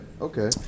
Okay